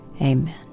Amen